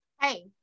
Hey